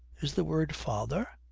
is the word father?